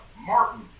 Martin